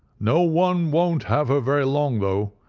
no one won't have her very long though,